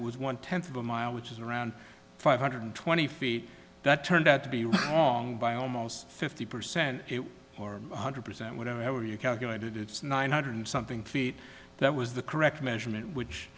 estimate was one tenth of a mile which is around five hundred twenty feet that turned out to be wrong by almost fifty percent or one hundred percent whatever you calculated it's nine hundred something feet that was the correct measurement which